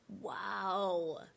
Wow